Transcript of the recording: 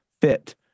fit